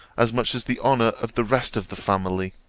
as much as the honour of the rest of the family.